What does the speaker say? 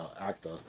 actor